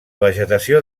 vegetació